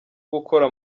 gukora